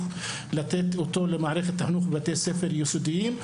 לתת אותו למערכת החינוך בבתי-הספר היסודיים,